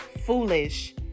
Foolish